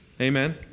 Amen